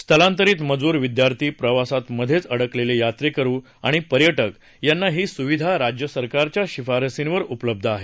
स्थलांतरित मजूर विद्यार्थी प्रवासात मधेच अडकलेले यात्रेकरु आणि पर्यटक यांना ही सुविधा राज्यसरकारच्या शिफारसीवर उपलब्ध आहे